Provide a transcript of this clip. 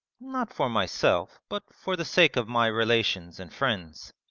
not for myself but for the sake of my relations and friends.